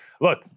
look